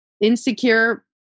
insecure